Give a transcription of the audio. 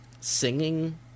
singing